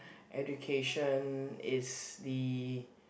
education is the